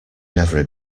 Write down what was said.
never